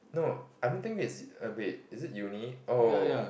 no I don't think it's err wait is it uni oh